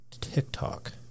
TikTok